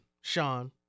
Sean